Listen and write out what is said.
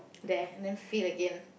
there and then field again